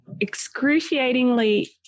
excruciatingly